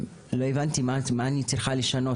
לא הבנתי מה אני צריכה לשנות?